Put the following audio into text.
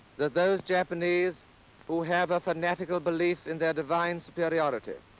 that those japanese who have a fanatical belief in their divine superiority,